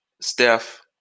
Steph